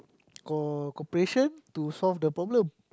cor~ cooperation to solve the problem